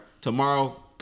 Tomorrow